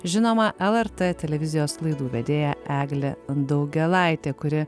žinoma lrt televizijos laidų vedėja eglė daugėlaitė kuri